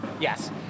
Yes